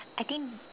I think